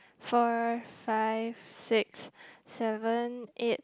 four five six seven eight